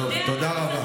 טוב, תודה רבה.